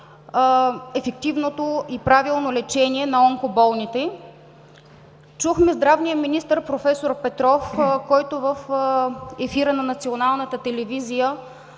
ефективното и правилно лечение на онкоболните. Чухме здравния министър проф. Петров, който в ефира на националната телевизия